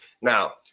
Now